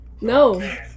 No